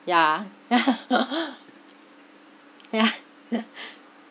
ya ya